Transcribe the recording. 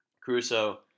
Crusoe